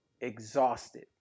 exhausted